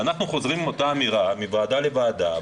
ואנחנו חוזרים עם אותה אמירה מוועדה לוועדה,